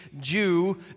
Jew